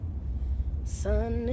Sun